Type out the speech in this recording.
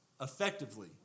effectively